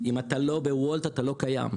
אם אתה לא בוולט אתה לא קיים,